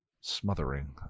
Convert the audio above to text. smothering